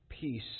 peace